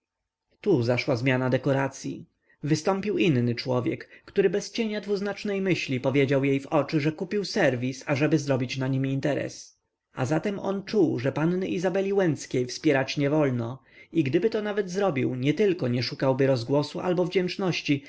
tu zaszła zmiana dekoracyi wystąpił inny człowiek który bez cienia dwuznacznej myśli powiedział jej w oczy że kupił serwis ażeby zrobić na nim interes a zatem on czuł że panny izabeli łęckiej wspierać nie wolno i gdyby to nawet zrobił nietylko nie szukałby rozgłosu albo wdzięczności